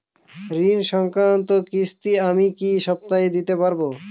ঋণ সংক্রান্ত কিস্তি আমি কি সপ্তাহে দিতে পারবো?